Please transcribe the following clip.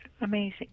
amazing